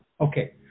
Okay